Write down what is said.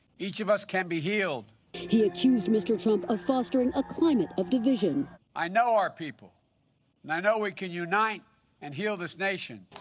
each of us can be healed. reporter he accused mr. trump of fostering a climate of division. i know our people. and i know we can unite and heal this nation.